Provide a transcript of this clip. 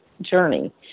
journey